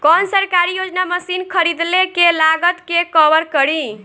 कौन सरकारी योजना मशीन खरीदले के लागत के कवर करीं?